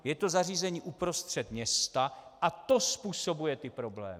Je to zařízení uprostřed města a to způsobuje ty problémy.